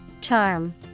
Charm